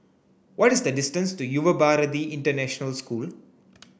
what is the distance to Yuva Bharati International School